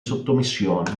sottomissione